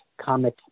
comic